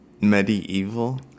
Medieval